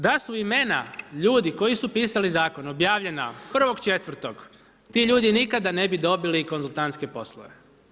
Da su imena ljudi koji su pisali zakon objavljena 1.4. ti ljudi nikada ne bi dobili konzultantske poslove.